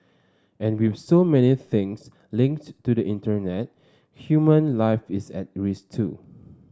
and with so many things linked to the Internet human life is at risk too